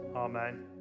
Amen